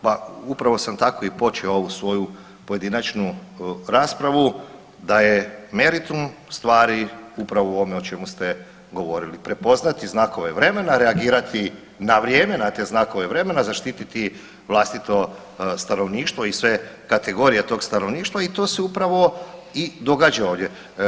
Pa upravo sam tako i počeo ovu svoju pojedinačnu raspravu da je meritum stvari upravo u ovome o čemu ste govorili prepoznati znakove vremena, reagirati na vrijeme na te znakove vremena zaštititi vlastito stanovništvo i sve kategorije tog stanovništva i to se upravo i događa ovdje.